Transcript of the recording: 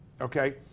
okay